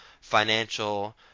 financial